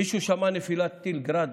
מישהו שמע נפילת טיל גראד